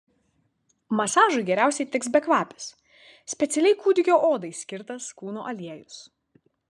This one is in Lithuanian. masažui geriausiai tiks bekvapis specialiai kūdikio odai skirtas kūno aliejus